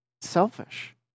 selfish